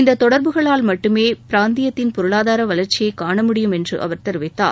இந்த தொடர்புகளால் மட்டுமே பிராந்தியத்தின் பொருாளதார வளர்ச்சி காண முடியும் என்று அவர் தெரிவித்தார்